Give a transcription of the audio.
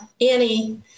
Annie